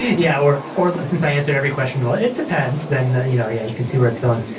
yeah. or or since i answer every question. well, it depends then you know yeah you can see where it's going.